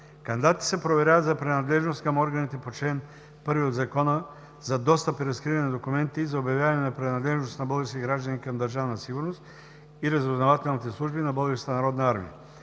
Кандидатите се проверяват за принадлежност към органите по чл. 1 от Закона за достъп и разкриване на документите и за обявяване на принадлежност на български граждани към Държавна сигурност и разузнавателните служби на Българската народна армия.